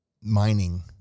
mining